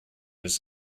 his